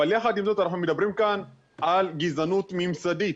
אבל יחד עם זאת אנחנו מדברים כאן על גזענות ממסדית,